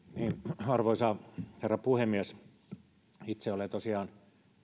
arvoisa herra puhemies itse olen tosiaan